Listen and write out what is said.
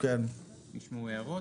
נשמעו הערות.